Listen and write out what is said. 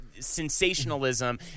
Sensationalism